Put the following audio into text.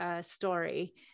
story